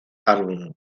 álbum